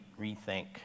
rethink